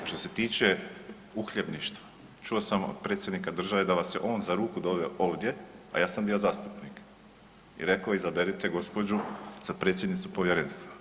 Što se tiče uhljebništva, čuo sam od predsjednika države da vas je on za ruku doveo ovdje, a ja sam bio zastupnik i rekao izaberite gospođu za predsjednicu povjerenstva.